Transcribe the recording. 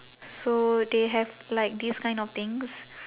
so they have like these kind of things